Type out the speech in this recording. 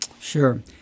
Sure